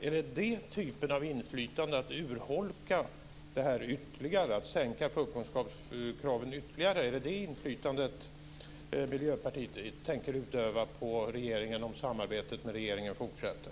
Är det inflytandet att minska förkunskapskraven ytterligare som Miljöpartiet tänker utöva på regeringen om samarbetet med regeringen fortsätter?